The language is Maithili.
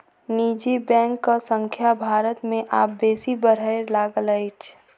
निजी बैंकक संख्या भारत मे आब बेसी बढ़य लागल अछि